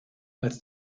als